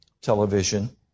Television